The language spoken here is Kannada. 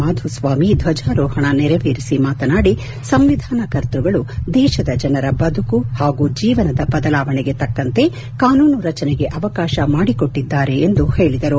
ಮಾಧುಸ್ವಾಮಿ ದ್ವಜಾರೋಹಣ ನೆರವೇರಿಸಿ ಮಾತನಾಡಿ ಸಂವಿಧಾನ ಕರ್ತ್ಯಗಳು ದೇಶದ ಜನರ ಬದುಕು ಹಾಗೂ ಜೀವನದ ಬದಲಾವಣೆಗೆ ತಕ್ಕಂತೆ ಕಾನೂನು ರಚನೆಗೆ ಅವಕಾಶ ಮಾಡಿಕೊಟ್ಟಿದ್ದಾರೆ ಎಂದು ಹೇಳಿದರು